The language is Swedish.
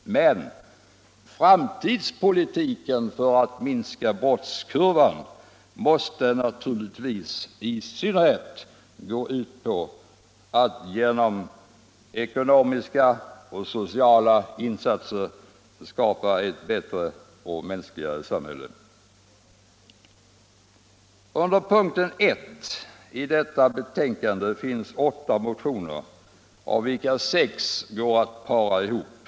Men framtidspolitiken för att få brottskurvan att vända nedåt måste främst gå ut på att genom ekonomiska och sociala insatser skapa ett bättre och mänskligare samhälle. Under punkten 1 i förevarande betänkande behandlas åtta motioner, av vilka sex går att para ihop.